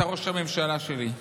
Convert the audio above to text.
אתה ראש הממשלה שלי,